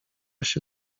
się